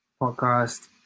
podcast